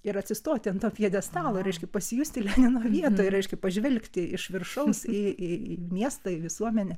ir atsistoti ant to pjedestalo reiškia pasijusti lenino vietoj reiškia pažvelgti iš viršaus į į į miestą į visuomenę